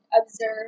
observe